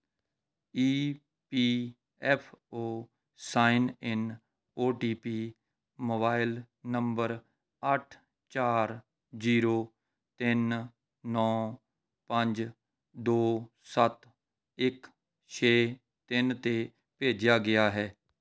E P F O sign in O T P mobile number ਅੱਠ ਚਾਰ zero ਤਿੰਨ ਨੌਂ ਪੰਜ ਦੋ ਸੱਤ ਇੱਕ ਛੇ ਤਿੰਨ ਤੇ ਭੇਜਿਆ ਗਿਆ ਹੈ